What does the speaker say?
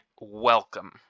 welcome